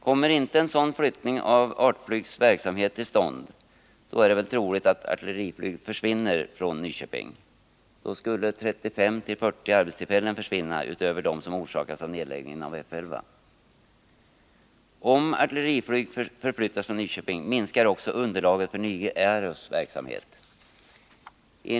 Kommer inte en sådan flyttning av Artflygs verksamhet till stånd är det väl troligt att Artflyg försvinner från Nyköping. Då skulle 35-40 arbetstillfällen försvinna utöver dem som orsakas av nedläggningen av F 11. Om Artflyg förflyttas från Nyköping minskar också underlaget för Nyge-Aeros verksamhet.